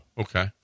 okay